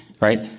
right